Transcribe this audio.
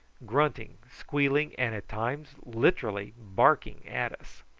grunting, squealing, and at times literally barking at us.